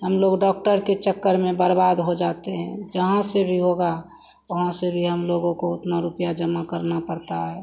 हमलोग डॉक्टर के चक्कर में बर्बाद हो जाते हैं जहाँ से भी होगा वहाँ से भी हमलोगों को उतना रुपया जमा करना पड़ता है